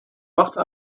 machte